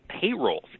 payrolls